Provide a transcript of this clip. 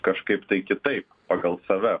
kažkaip tai kitaip pagal save